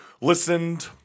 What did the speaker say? listened